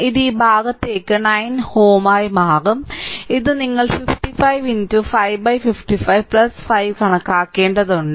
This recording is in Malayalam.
ഇത് ഈ ഭാഗത്തേക്ക് 9Ω ആയി മാറും ഇത് നിങ്ങൾ 55 555 5 കണക്കാക്കേണ്ടതുണ്ട്